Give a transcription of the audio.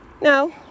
No